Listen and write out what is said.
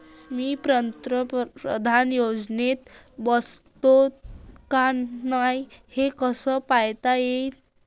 मी पंतप्रधान योजनेत बसतो का नाय, हे कस पायता येईन?